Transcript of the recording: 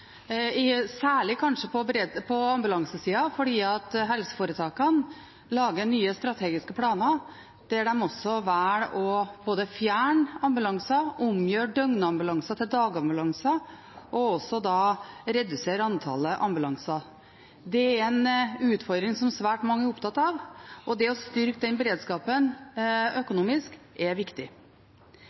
særlig på ambulansesida, fordi helseforetakene lager nye strategiske planer, der de også velger både å fjerne ambulanser, omgjøre døgnambulanser til dagambulanser og redusere antallet ambulanser. Det er en utfordring som svært mange er opptatt av, og det å styrke den beredskapen økonomisk er viktig.